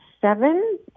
seven